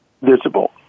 visible